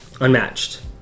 Unmatched